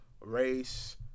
race